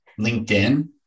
LinkedIn